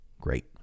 Great